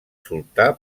soltar